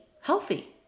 healthy